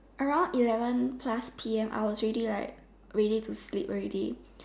around eleven plus P_M I was already like ready to sleep already